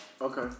Okay